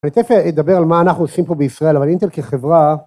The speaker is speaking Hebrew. אני צריך לדבר על מה אנחנו עושים פה בישראל, אבל אינטל כחברה...